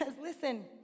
listen